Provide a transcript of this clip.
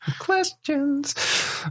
questions